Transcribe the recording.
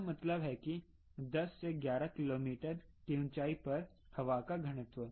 का मतलब है कि 10 से 11 किलोमीटर की ऊंचाई पर हवा का घनत्व